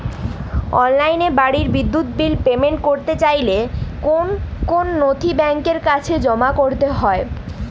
অনলাইনে বাড়ির বিদ্যুৎ বিল পেমেন্ট করতে চাইলে কোন কোন নথি ব্যাংকের কাছে জমা করতে হবে?